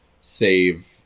save